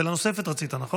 שאלה נוספת רצית, נכון?